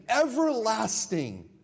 everlasting